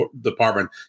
department